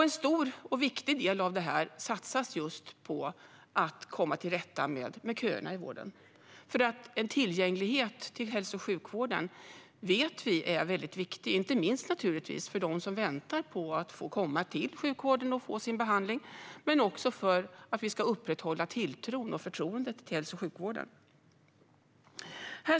En stor och viktig del av detta satsas på att komma till rätta med köerna i vården. Vi vet att tillgänglighet till hälso och sjukvården är väldigt viktig inte minst för dem som väntar på att få komma till sjukvården och få sin behandling men också för att vi ska upprätthålla tilltron till och förtroendet för hälso och sjukvården.